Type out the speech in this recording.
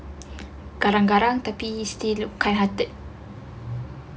garang-garang tapi still kind hearted